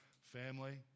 family